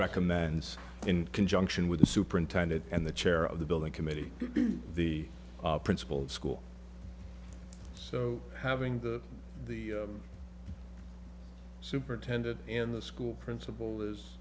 recommends in conjunction with the superintendent and the chair of the building committee be the principal of school so having the superintendent and the school principal is